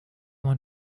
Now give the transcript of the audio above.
man